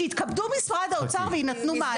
שהתכבדו משרד האוצר ויינתנו מענה.